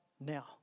Now